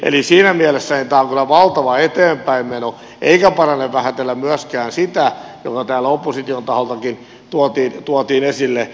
eli siinä mielessä tämä on kyllä valtava eteenpäinmeno eikä parane vähätellä myöskään sitä mikä täällä opposition taholtakin tuotiin esille